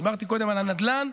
דיברתי קודם על הנדל"ן,